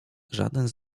żaden